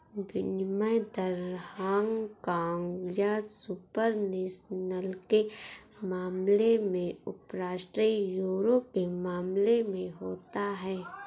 विनिमय दर हांगकांग या सुपर नेशनल के मामले में उपराष्ट्रीय यूरो के मामले में होता है